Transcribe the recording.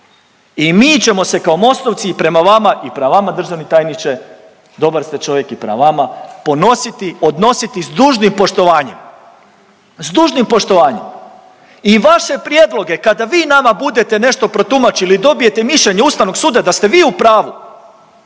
i mi ćemo se kao Mostovci i prema vama i prema vama državni tajniče, dobar ste čovjek i prema vama ponositi i odnositi s dužnim poštovanjem, s dužnim poštovanjem. I vaše prijedloge kada vi nama budete nešto protumačili i dobijete mišljenje Ustavnog suda da ste vi u pravu,